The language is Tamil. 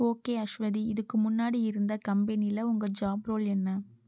ஓகே அஸ்வதி இதுக்கு முன்னாடி இருந்த கம்பெனியில உங்கள் ஜாப் ரோல் என்ன